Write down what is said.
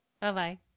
Bye-bye